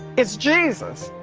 it's jesus.